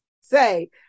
say